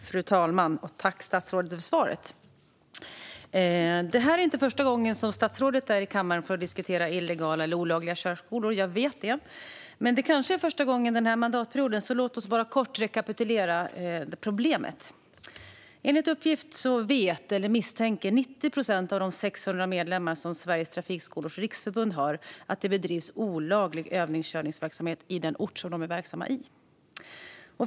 Fru talman! Tack, statsrådet, för svaret! Jag vet att det inte är första gången statsrådet är i kammaren för att diskutera illegala eller olagliga körskolor. Men det är kanske första gången denna mandatperiod. Låt oss därför bara kort rekapitulera problemet. Enligt uppgift vet eller misstänker 90 procent av de 600 medlemmarna i Sveriges Trafikutbildares Riksförbund att det bedrivs olaglig övningskörningsverksamhet på de orter där de är verksamma.